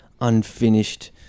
unfinished